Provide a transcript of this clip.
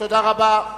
תודה רבה.